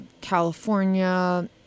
California